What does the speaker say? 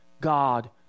God